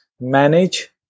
manage